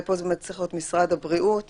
פה זה צריך להיות משרד הבריאות יפרסם.